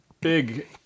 big